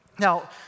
Now